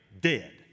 dead